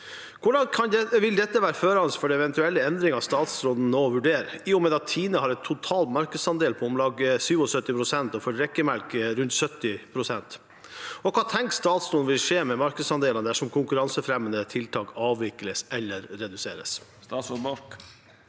Hvordan vil dette være førende for eventuelle endringer statsråden nå vurderer, i og med at TINE har en total markedsandel på omtrent 77 pst., og for drikkemelk på rundt 70 pst., og hva tenker statsråden vil skje med markedsandelene dersom konkurransefremmende tiltak avvikles eller reduseres?»